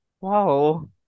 Wow